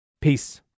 Peace